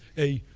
a